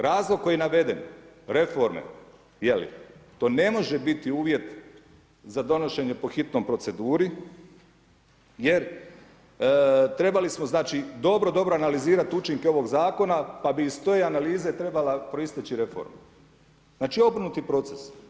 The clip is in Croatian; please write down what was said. Razlog koji je naveden, reforme, je li, to ne može biti uvjet za donošenje po hitnoj proceduri, jer trebali smo znači dobro dobro analizirati učinke ovog zakona, pa bi iz te analize trebala proisteći reforma znači obrnuti proces.